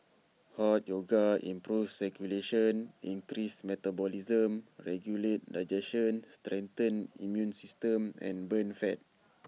hot yoga improves circulation increases metabolism regulates digestion strengthens the immune system and burns fat